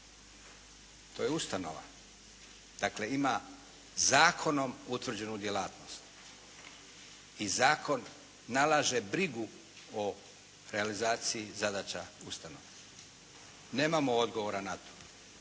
To je ustanova. Dakle, ima zakonom utvrđenu djelatnost i zakon nalaže brigu o realizaciji zadaća …/Govornik se ne razumije./… Nemamo odgovora na to,